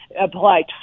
apply